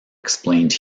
explained